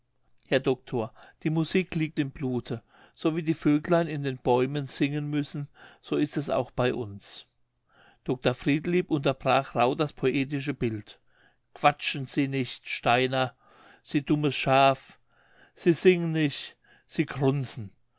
herr doktor die musik liegt im blute so wie die vöglein in den bäumen singen müssen so ist es auch bei uns dr friedlieb unterbrach rauh das poetische bild quatschen sie nich steiner sie dummes schaf sie singen nich sie grunzen